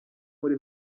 muri